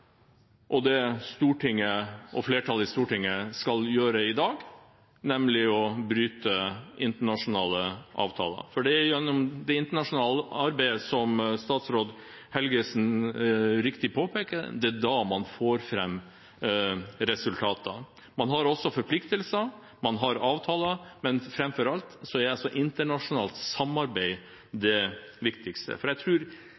og det Stortinget – flertallet i Stortinget – skal gjøre i dag, nemlig å bryte internasjonale avtaler. Det er gjennom det internasjonale arbeidet, som statsråd Helgesen riktig påpeker, at man får fram resultater. Man har også forpliktelser, man har avtaler, men framfor alt er altså internasjonalt samarbeid det viktigste. Jeg